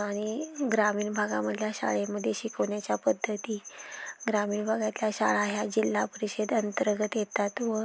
आणि ग्रामीण भागामधल्या शाळेमध्ये शिकवण्याच्या पद्धती ग्रामीण भागातल्या शाळा ह्या जिल्हा परिषद अंतर्गत येतात व